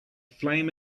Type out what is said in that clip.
flame